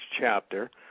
chapter